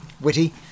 Witty